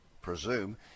presume –